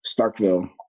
Starkville